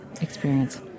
experience